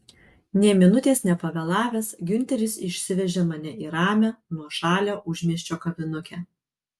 nė minutės nepavėlavęs giunteris išsivežė mane į ramią nuošalią užmiesčio kavinukę